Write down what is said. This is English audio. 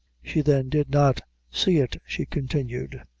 she then did not see it, she continued,